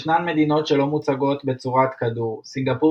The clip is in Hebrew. ישנן מדינות שלא מוצגות בצורת כדור סינגפור